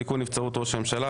תיקון נבצרות ראש הממשלה,